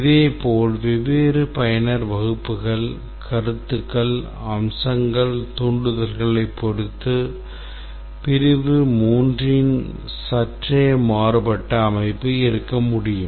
இதேபோல் வெவ்வேறு பயனர் வகுப்புகள் கருத்துகள் அம்சங்கள் தூண்டுதல்களைப் பொறுத்து பிரிவு 3 இன் சற்றே மாறுபட்ட அமைப்பு இருக்க முடியும்